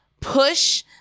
push